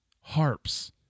harps